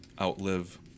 outlive